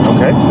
Okay